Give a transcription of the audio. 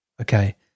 Okay